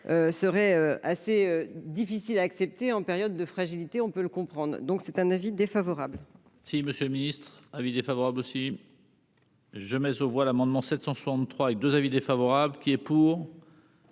serait assez difficile à accepter, en période de fragilité, on peut le comprendre, donc c'est un avis défavorable. Si Monsieur le Ministre : avis défavorable aussi. Je mais aux voix l'amendement 763 et 2 avis défavorable qui est pour.